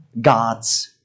God's